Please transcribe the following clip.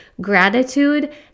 gratitude